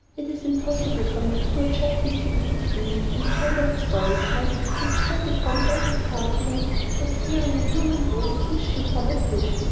it is impossible for me to do justice to the degree and kind of astonishment which sat upon every countenance at hearing a human voice issue from a fish,